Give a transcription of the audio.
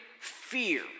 fear